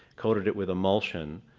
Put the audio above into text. coated it with emulsion,